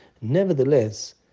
nevertheless